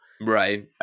Right